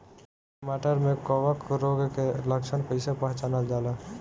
टमाटर मे कवक रोग के लक्षण कइसे पहचानल जाला?